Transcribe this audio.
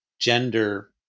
gender